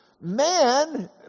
Man